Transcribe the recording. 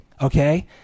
okay